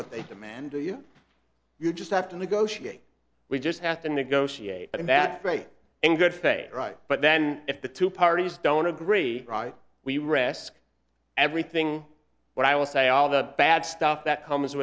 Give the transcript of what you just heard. what they demand to you you just have to negotiate we just have to negotiate in bad faith in good faith right but then if the two parties don't agree right we risk everything but i will say all the bad stuff that comes